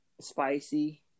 spicy